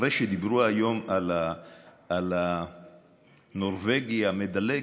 אחרי שדיברו היום על "הנורבגי המדלג",